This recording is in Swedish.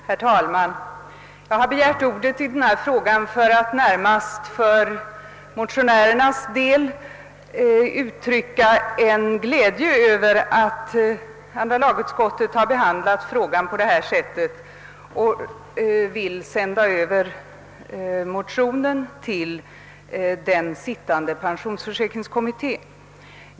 Herr talman! Jag har begärt ordet i denna fråga närmast för att uttrycka motionärernas glädje över att andra lagutskottet har behandlat frågan på detta sätt och vill sända över motionen till den sittande pensionsförsäkringskommittén.